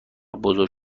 بزرگ